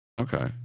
Okay